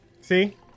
See